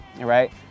right